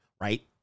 right